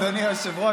אדוני היושב-ראש,